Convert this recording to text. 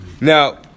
now